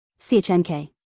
CHNK